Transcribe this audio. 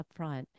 upfront